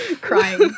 crying